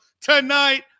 tonight